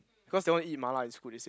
cause they want eat Mala in school they said